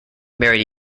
married